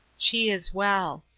she is well.